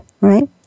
right